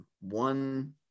One